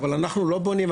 אבל אנחנו לא בונים,